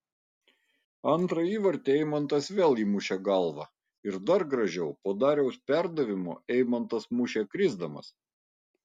antrą įvartį eimantas vėl įmušė galva ir dar gražiau po dariaus perdavimo eimantas mušė krisdamas